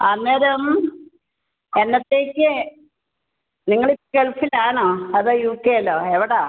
അന്നേരം എന്നത്തേക്ക് നിങ്ങൾ ഇപ്പോൾ ഗൾഫിലാണോ അതോ യുകെയിലോ എവിടെയാണ്